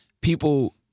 people